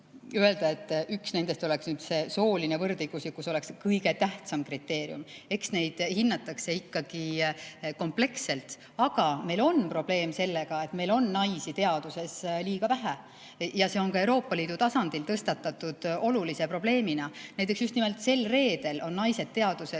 öelda, et üks nendest, see sooline võrdõiguslikkus, oleks kõige tähtsam kriteerium. Eks neid hinnatakse ikkagi kompleksselt. Aga meil on probleem sellega, et meil on naisi teaduses liiga vähe, ja see on ka Euroopa Liidu tasandil tõstatatud olulise probleemina. Näiteks just nimelt sel reedel on selline